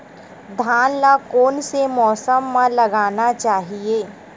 धान ल कोन से मौसम म लगाना चहिए?